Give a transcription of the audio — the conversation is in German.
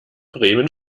bremen